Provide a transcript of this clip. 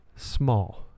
small